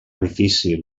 difícil